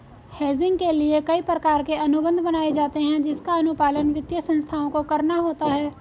hedging के लिए कई प्रकार के अनुबंध बनाए जाते हैं जिसका अनुपालन वित्तीय संस्थाओं को करना होता है